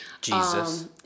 Jesus